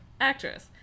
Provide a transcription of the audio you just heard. actress